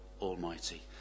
Almighty